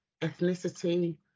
ethnicity